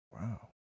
Wow